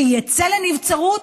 שיצא לנבצרות,